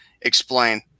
explain